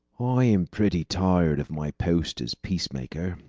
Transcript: i am pretty tired of my post as peacemaker,